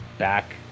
Back